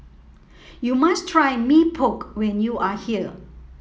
you must try Mee Pok when you are here